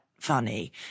funny